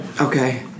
Okay